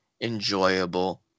enjoyable